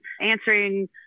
answering